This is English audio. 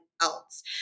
else